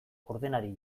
ordenari